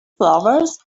flowers